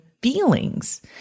Feelings